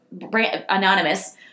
anonymous